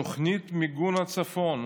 תוכנית מיגון הצפון,